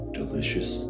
delicious